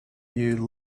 you